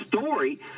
story